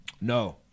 No